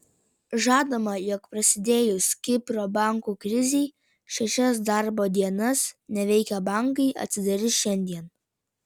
žadama jog prasidėjus kipro bankų krizei šešias darbo dienas neveikę bankai atsidarys šiandien